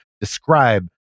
describe